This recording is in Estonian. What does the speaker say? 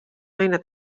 naine